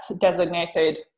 designated